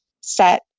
set